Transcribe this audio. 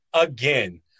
again